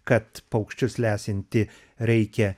kad paukščius lesinti reikia